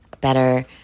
better